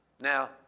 Now